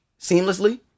seamlessly